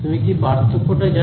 তুমি কি পার্থক্যটা জানো